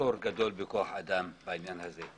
מחסור גדול בכוחו אדם בעניין הזה.